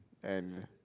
and